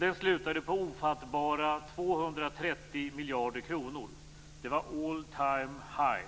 Den slutade på ofattbara 230 miljarder kronor. Det var all time high.